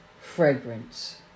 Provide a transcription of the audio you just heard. fragrance